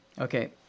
Okay